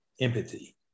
empathy